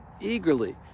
eagerly